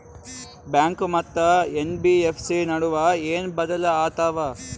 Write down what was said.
Bank ಮತ್ತ NBFC ನಡುವ ಏನ ಬದಲಿ ಆತವ?